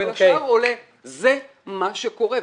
זה מה שקורה.